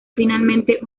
finalmente